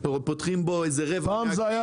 או פותחים בו איזה רבע מהכביש,